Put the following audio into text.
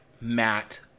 Matt